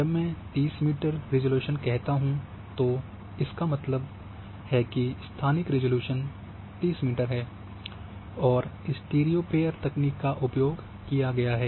जब मैं 30 metre resolution कहता हूं कि तो इसका मतलब है कि स्थानिक रिज़ॉल्यूशन 30 मीटर है और स्टीरियो पेयर तकनीक का उपयोग किया गया है